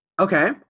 Okay